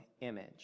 image